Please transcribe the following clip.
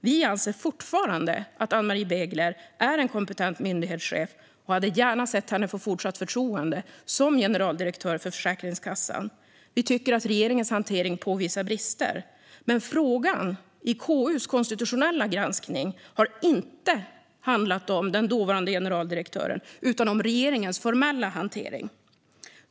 Vi anser fortfarande att Ann-Marie Begler är en kompetent myndighetschef och hade gärna sett henne få fortsatt förtroende som generaldirektör för Försäkringskassan. Vi tycker att regeringens hantering uppvisar brister, men frågan i KU:s konstitutionella granskning har inte handlat om den dåvarande generaldirektören utan om regeringens formella hantering.